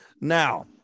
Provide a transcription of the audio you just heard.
Now